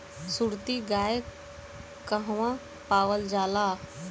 सुरती गाय कहवा पावल जाला?